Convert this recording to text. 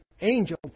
angel